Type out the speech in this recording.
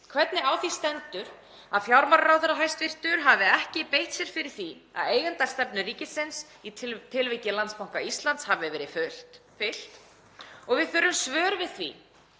hvernig á því stendur að hæstv. fjármálaráðherra hafi ekki beitt sér fyrir því að eigendastefnu ríkisins í tilviki Landsbanka Íslands hafi verið fylgt og við þurfum svör við því